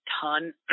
ton